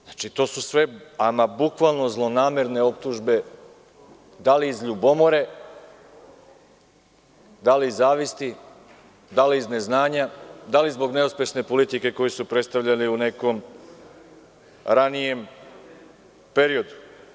Znači, to su sve bukvalno zlonamerne optužbe, da li iz ljubomore, da li iz zavisti, da li iz neznanja, da li zbog neuspešne politike koju su predstavljali u nekom ranijem periodu.